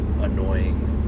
annoying